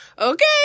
Okay